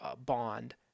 bond